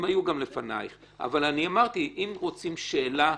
הם היו גם לפניך אבל אני אמרתי שאם רוצים שאלה,